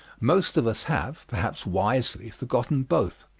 most of us have perhaps wisely forgotten both.